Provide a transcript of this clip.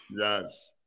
Yes